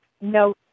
no